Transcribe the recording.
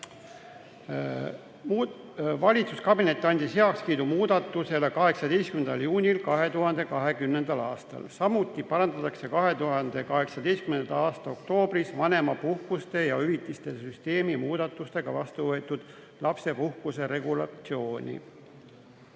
Valitsuskabinet andis heakskiidu muudatusele 18. juunil 2020. aastal. Samuti parandatakse 2018. aasta oktoobris vanemapuhkuste ja -hüvitiste süsteemi muudatustega vastuvõetud lapsepuhkuse regulatsiooni.